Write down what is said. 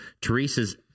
Teresa's